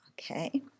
Okay